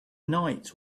night